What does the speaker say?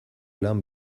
lan